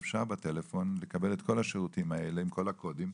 שאפשר בטלפון לקבל את כל השירותים האלה עם כל הקודים,